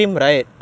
ah